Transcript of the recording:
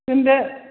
दोन्दो